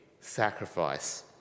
sacrifice